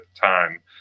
time